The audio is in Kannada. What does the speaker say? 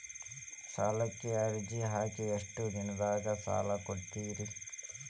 ಸಾಲಕ ಅರ್ಜಿ ಹಾಕಿ ಎಷ್ಟು ದಿನದಾಗ ಸಾಲ ಕೊಡ್ತೇರಿ?